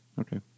Okay